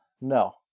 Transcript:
No